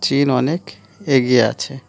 চীন অনেক এগিয়ে আছে